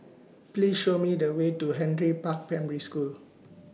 Please Show Me The Way to Henry Park Primary School